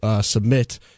submit